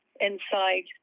inside